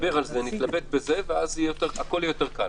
ואז הכול יהיה קל